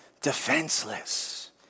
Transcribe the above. defenseless